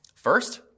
First